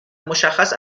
مشخص